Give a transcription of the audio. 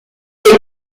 été